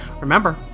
Remember